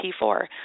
T4